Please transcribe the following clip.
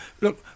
look